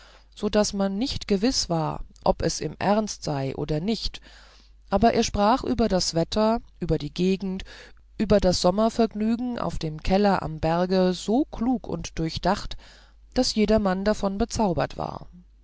so daß man nicht gewiß war ob es ihm ernst sei oder nicht aber er sprach über das wetter über die gegend über das sommervergnügen auf dem keller am berge so klug und durchdacht daß jedermann davon bezaubert war